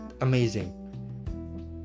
amazing